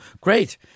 great